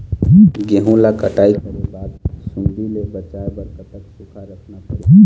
गेहूं ला कटाई करे बाद सुण्डी ले बचाए बर कतक सूखा रखना पड़ही?